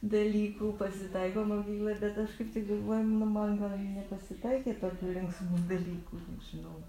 dalykų pasitaiko mokykloj bet aš kaip tai galvoju nu man gal ir nepasitaikė tokių linksmų dalykų nežinau